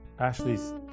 Ashley's